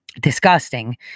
disgusting